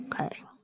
Okay